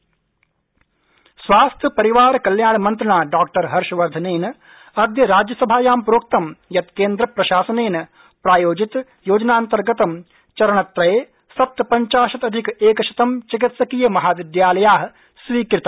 राज्यसभा चिकित्सा विद्यालय स्वास्थ्य परिवार कल्याण मन्त्रिणा डॉ हर्षवर्धनेन अद्य राज्यसभायाम् प्रोक्त यत् केन्द्र प्रशासनेन प्रायोजित योजनान्तर्गतं चरणत्रये सप्तपंचाशदधिक क्रिशतं चिकित्सकीय महाविद्यालया स्वीकृता